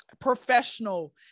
professional